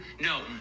No